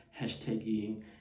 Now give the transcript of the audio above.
hashtagging